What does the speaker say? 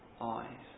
eyes